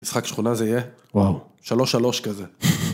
משחק שכונה זה יהיה 3 3 כזה.